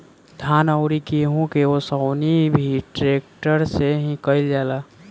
धान अउरी गेंहू के ओसवनी भी ट्रेक्टर से ही कईल जाता